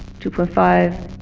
two point five,